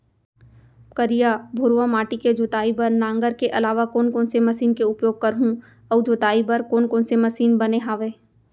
करिया, भुरवा माटी के जोताई बर नांगर के अलावा कोन कोन से मशीन के उपयोग करहुं अऊ जोताई बर कोन कोन से मशीन बने हावे?